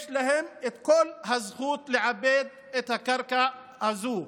יש להם את כל הזכות לעבד את הקרקע הזו,